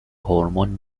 هورمون